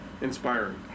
inspiring